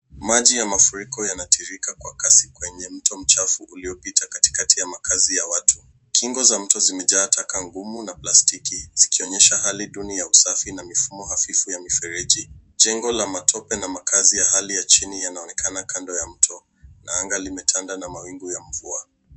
Maji ya mafuriko, yanatiririka kwa kasi kwenye mto mchafu uliopita katikati ya makaazi ya watu. Kingo za mto zimejaa taka ngumu na plastiki, zikionyesha hali duni ya usafi na mifumo hafifu ya mifereji. Jengo la matope na makaazi ya hali ya chini, yanaonekana kando ya mto na anga limetanda na mawingu ya mvua.